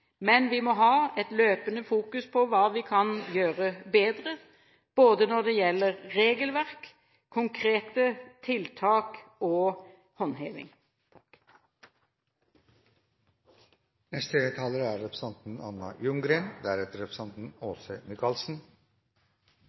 Men vi må løpende fokusere på hva vi kan gjøre bedre, både når det gjelder regelverk, konkrete tiltak og håndheving. Jeg vil takke interpellantene for å sette menneskehandel på dagsordenen i Stortinget i dag. Menneskehandel er